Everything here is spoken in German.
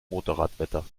motorradwetter